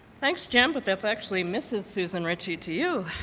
thanks, jim, but that's actually mrs. susan ritchie to you.